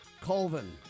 Colvin